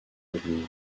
revenir